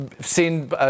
seen